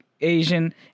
Asian